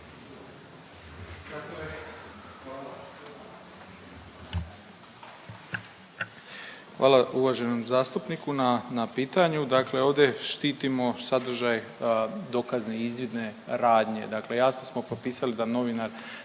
Hvala uvaženom zastupniku na pitanju. Dakle ovdje štitimo sadržaj dokazne i izvidne radnje, dakle jasno smo propisali da novinar